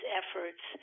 efforts